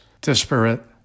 disparate